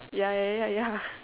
ya ya ya ya